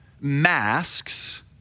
masks